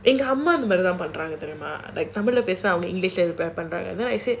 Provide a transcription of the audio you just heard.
எங்க அம்மா இந்த மாதிரிலாம் பண்றாங்க தெரியுமா:enga amma indha maadhirilam pandraanga theriyumaa then I said